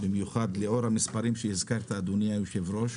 במיוחד לאור המספרים שהזכרת, אדוני היושב-ראש,